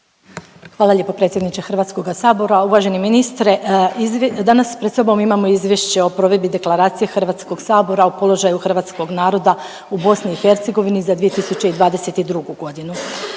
Hvala lijepo predsjedniče Hrvatskoga sabora. Uvaženi ministre, danas pred sobom imamo Izvješće o provedbi Deklaracije Hrvatskog sabora o položaju hrvatskog naroda u BiH za 2022. godinu.